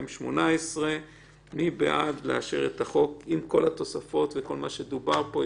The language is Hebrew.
התשע"ט-2018 עם כל התוספות וכל מה שדובר כאן?